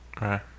Right